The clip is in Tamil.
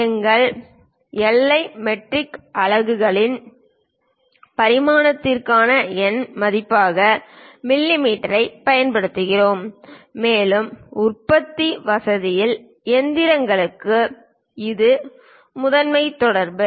எங்கள் எஸ்ஐ மெட்ரிக் அலகுகளில் பரிமாணத்திற்கான எண் மதிப்பாக மிமீ பயன்படுத்துகிறோம் மேலும் உற்பத்தி வசதியில் இயந்திரங்களுக்கு இது முதன்மை தொடர்பு